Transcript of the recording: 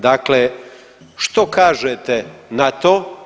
Dakle, što kažete na to?